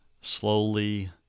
slowly